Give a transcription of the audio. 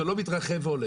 זה לא מתרחב והולך.